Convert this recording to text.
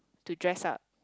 to dress up